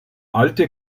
alte